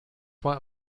want